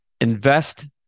invest